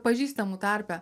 pažįstamų tarpe